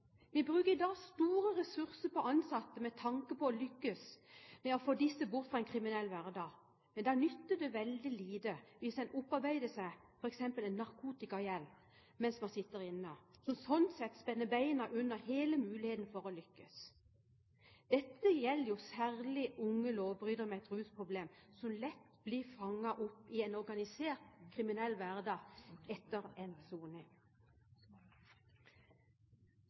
Vi bruker i dag store ressurser på innsatte med tanke på å lykkes med å få disse bort fra en kriminell hverdag, men da nytter det veldig lite hvis en opparbeider seg f.eks. en narkotikagjeld mens man sitter inne, som sånn sett spenner bein under hele muligheten for å lykkes. Dette gjelder særlig unge lovbrytere med et rusproblem, som lett blir fanget opp i en organisert kriminell hverdag etter endt soning.